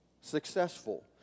successful